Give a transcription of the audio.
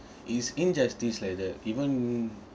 is injustice like that even